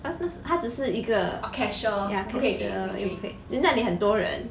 cause 那时他只是一个 ya cashier 等一下你很多人